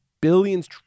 billions